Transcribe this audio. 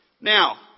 Now